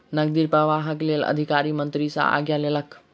नकदी प्रवाहक लेल अधिकारी मंत्री सॅ आज्ञा लेलक